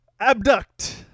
abduct